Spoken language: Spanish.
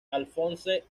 alphonse